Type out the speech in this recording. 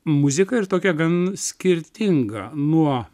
muziką ir tokia gan skirtinga nuo